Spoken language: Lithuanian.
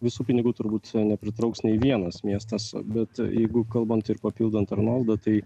visų pinigų turbūt nepritrauks nei vienas miestas bet jeigu kalbant ir papildant arnoldą tai